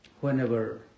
Whenever